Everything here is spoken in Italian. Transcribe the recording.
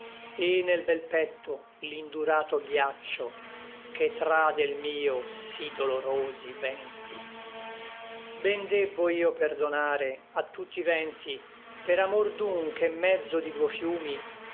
et nel bel petto l'indurato ghiaccio che tr del mio sí dolorosi vènti ben debbo io perdonare a tutti vènti per amor d'un che n mezzo di duo fiumi